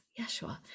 Yeshua